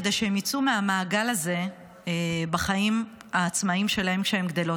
כדי שהן יצאו מהמעגל הזה בחיים העצמאיים שלהן כשהן גדלות.